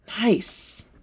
Nice